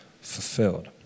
fulfilled